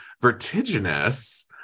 vertiginous